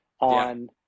on